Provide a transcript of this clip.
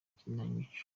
kinamico